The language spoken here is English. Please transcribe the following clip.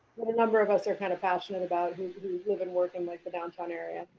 number of us are kind of passionate about who live and work in like the downtown area.